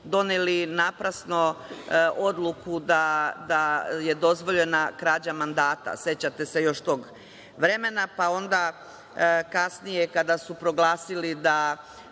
doneli naprasno odluku da je dozvoljena krađa mandata, sećate se još tog vremena, pa onda kasnije kada su proglasili da